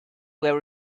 were